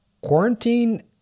quarantine